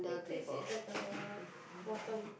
we place it at the bottom